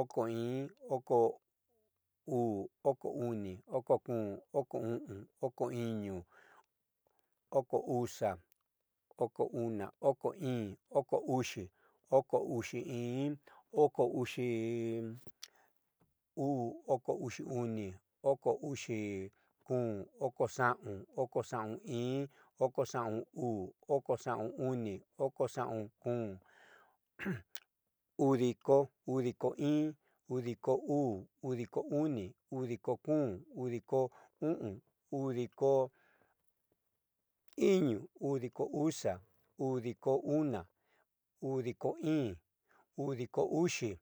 oko iin, oko uu, oko oni, oko kom, oko o'on, oko iño, oko uxa, oko ona, oko íín, oko uxi, oko uxi iin, oko uxii uu, oko uxi oni, oko uxi kom, oko xaon, oko xaun iin, oko xaun uu, oko xaon oni, oko xaon kom, udiko, udiko iin, udiko uu, idiko oni, udiko kom, udiko o'on, udiko iño, udiko uxa, udiko una, udiko íín, odiko uxi,